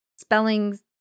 spellings